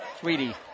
sweetie